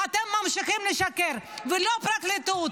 ואתם ממשיכים לשקר, ולא הפרקליטות.